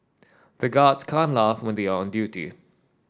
the guards can't laugh when they are on duty